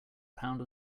pound